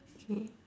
okay